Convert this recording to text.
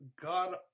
god